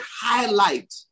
highlight